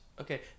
okay